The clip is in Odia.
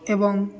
ଏବଂ